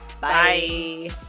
Bye